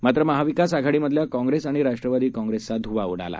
मात्रमहाविकासआघाडीमधल्याकाँग्रेसआणिराष्ट्रवादीकाँग्रेसचाधुव्वाउडाला